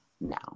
now